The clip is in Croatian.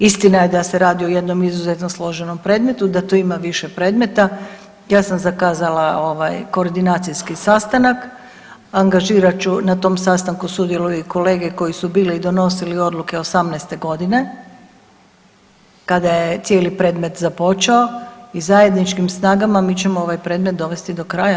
Istina je da se radi o jednom izuzetno složenom predmetu, da tu ima više predmeta, ja sam zakazala ovaj, koordinacijski sastanak, angažirat ću, na tom sastanku sudjeluju i kolege koji su bili i donosili odluke '18. g. kada je cijeli predmet započeo i zajedničkim snagama mi ćemo ovaj predmet dovesti do kraja.